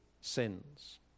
sins